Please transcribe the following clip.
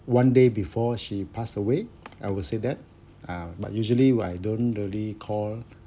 one day before she passed away I will say that uh but usually I don't really call